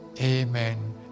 Amen